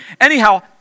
anyhow